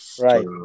right